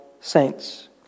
saints